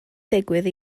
digwydd